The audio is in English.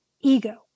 ego